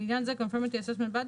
"לעניין זה Conformity Assessment Body